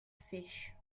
fish